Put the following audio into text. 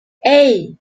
hey